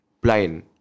blind